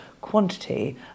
quantity